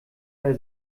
der